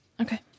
Okay